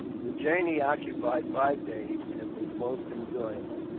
the journey occupied five days, and was most enjoyable.